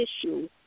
issue